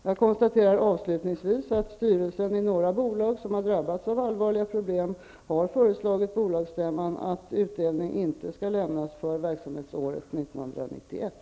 Jag konstaterar avslutningsvis att styrelsen i några bolag som har drabbats av allvarliga problem har föreslagit bolagsstämman att utdelning inte skall lämnas för verksamhetsåret 1991.